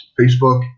Facebook